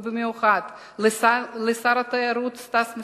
ובמיוחד לשר התיירות סטס מיסז'ניקוב,